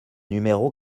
numéro